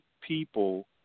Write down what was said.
people